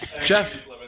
Jeff